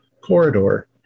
corridor